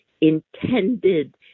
intended